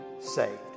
saved